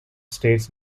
states